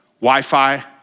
Wi-Fi